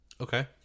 Okay